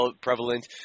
prevalent